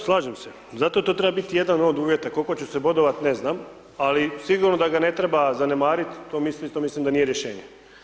Da, slažem se zato to treba biti jedan od uvjeta, koliko će se bodovat ne znam, ali sigurno da ga ne treba zanemarit, to mislim, to mislim da nije rješenje.